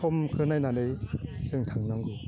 समखौ नायनानै जों थानांगौ